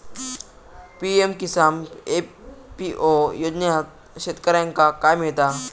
PM Kisan FPO योजनाच्यात शेतकऱ्यांका काय मिळता?